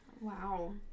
Wow